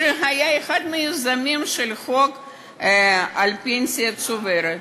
שכן היה אחד מהיזמים של החוק של פנסיה צוברת,